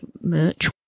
merch